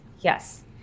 Yes